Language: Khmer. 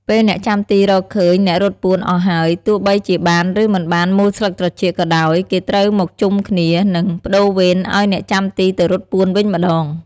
ពេលអ្នកចាំទីរកឃើញអ្នករត់ពួនអស់ហើយ ទោះបីជាបាន ឬ មិនបានមូលស្លឹកត្រចៀកក៏ដោយ គេត្រូវមកជុំគ្នា និង ប្តូរវេនឱ្យអ្នកចាំទីទៅរត់ពួនវិញម្ដង។